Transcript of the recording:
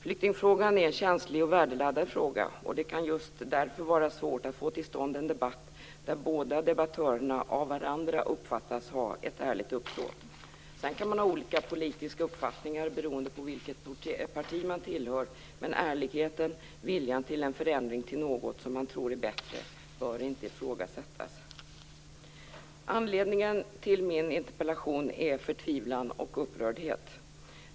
Flyktingfrågan är en känslig och värdeladdad fråga, och det kan just därför vara svårt att få till stånd en debatt där båda debattörerna av varandra uppfattas ha ett ärligt uppsåt. Sedan kan man ha olika politiska uppfattningar beroende på vilket parti man tillhör, men ärligheten och viljan till en förändring till något som man tror är bättre bör inte ifrågasättas. Anledningen till min interpellation är förtvivlan och upprördhet.